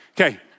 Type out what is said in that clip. okay